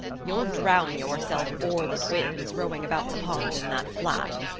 you'll drown yourself or the twins, rowing about the pond in that flat,